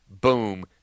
Boom